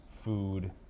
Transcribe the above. food